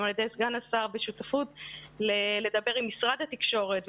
על ידי סגן השר בשותפות לדבר עם משרד התקשורת,